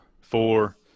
four